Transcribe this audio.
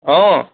অ